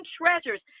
treasures